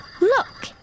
Look